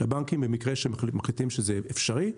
שהבנקים במקרה שהם מחליטים שזה אפשרי,